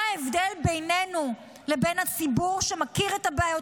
מה ההבדל בינינו לבין הציבור שמכיר את הבעיות,